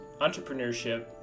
entrepreneurship